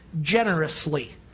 generously